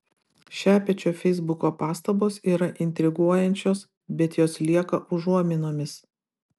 šepečio feisbuko pastabos yra intriguojančios bet jos lieka užuominomis